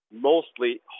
mostly